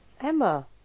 Emma